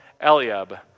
Eliab